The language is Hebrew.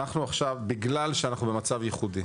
בגלל שאנחנו במצב ייחודי,